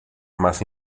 más